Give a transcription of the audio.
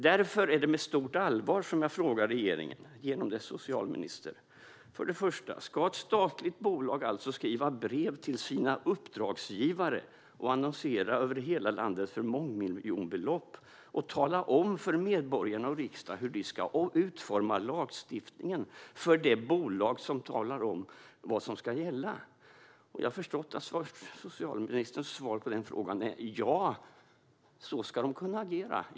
Därför är det med stort allvar som jag frågar regeringen, genom dess socialminister, för det första: Ska ett statligt bolag alltså skriva brev till sina uppdragsgivare och annonsera över hela landet för mångmiljonbelopp och tala om för medborgare och riksdag hur de ska utforma lagstiftningen för det bolag som talar om vad som ska gälla? Jag har förstått att socialministerns svar på den frågan är: Ja, så ska de kunna agera.